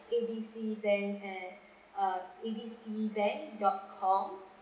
A B C bank at uh A B C bank dot com